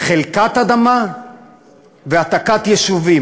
חלקת אדמה והעתקת יישובים.